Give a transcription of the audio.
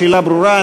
השאלה ברורה.